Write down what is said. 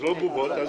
לא בובות.